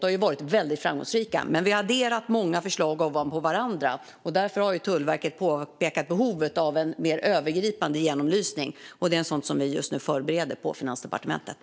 De har varit väldigt framgångsrika. Vi har adderat många förslag ovanpå varandra. Därför har Tullverket pekat på behovet av en mer övergripande genomlysning. En sådan förbereder vi just nu på Finansdepartementet.